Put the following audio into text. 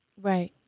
Right